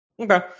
Okay